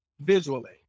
visually